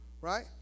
Right